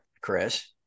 Chris